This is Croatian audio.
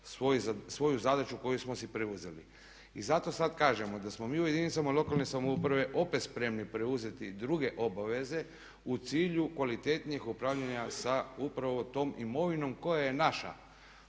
svoju zadaću koju smo si preuzeli. I zato sad kažemo da smo mi u jedinicama lokalne samouprave opet spremni preuzeti druge obveze u cilju kvalitetnijeg upravljanja sa upravo tom imovinom koja je naša.